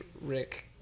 Rick